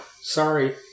Sorry